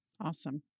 Awesome